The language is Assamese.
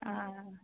অঁ